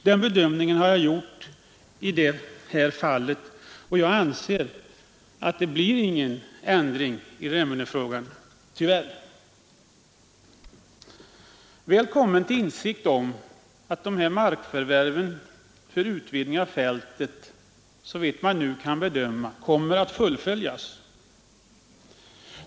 Den bedömningen har jag gjort i det här fallet, och jag anser att det inte blir någon ändring i Remmenefrågan — tyvärr. Vi har kommit till insikt om att markförvärven för utvidgning av fältet, såvitt man nu kan bedöma, kommer att fullföljas.